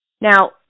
Now